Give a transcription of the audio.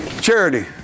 Charity